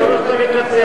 אתה מקצר.